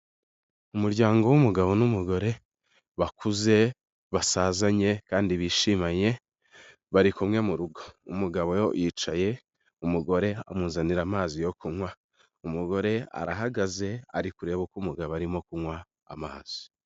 Umuryango w'umugabo n'umugore bakuze basazanye kandi bishimanye bari kumwe mu rugo. Umugabo yicaye umugore amuzanira amazi yo kunywa. Umugore arahagaze ari kurebe uko umugabo arimo kunywa amazi.